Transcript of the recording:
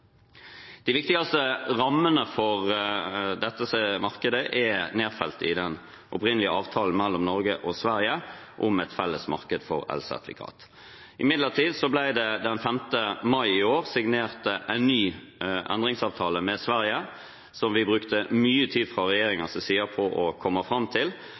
De viktigste rammene for dette markedet er nedfelt i den opprinnelige avtalen mellom Norge og Sverige om et felles marked for elsertifikater. Imidlertid ble det den 5. mai i år signert en ny endringsavtale med Sverige, som vi fra regjeringens side brukte mye tid på å komme fram til,